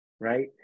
Right